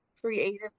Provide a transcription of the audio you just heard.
creative